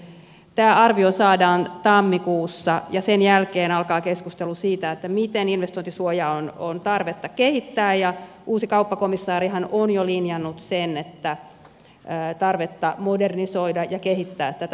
tämä arvio saadaan tammikuussa ja sen jälkeen alkaa keskustelu siitä miten investointisuojaa on tarvetta kehittää ja uusi kauppakomissaarihan on jo linjannut sen että tarvetta modernisoida ja kehittää tätä investointisuojaa on